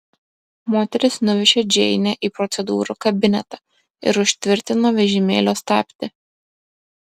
moteris nuvežė džeinę į procedūrų kabinetą ir užtvirtino vežimėlio stabdį